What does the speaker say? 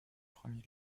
premier